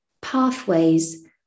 pathways